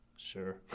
Sure